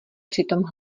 přitom